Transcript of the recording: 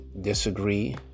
disagree